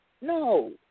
no